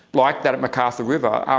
like that at mcarthur river, um